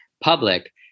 public